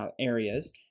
areas